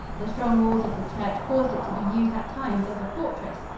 the strong walls of the church caused it to be used at times as a fortress,